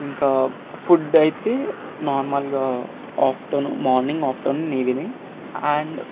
ఇంకా ఫుడ్ అయితే నార్మల్గా afternoon morning afternoon evening and